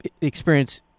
experience